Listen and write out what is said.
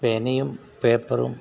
പേനയും പേപ്പറും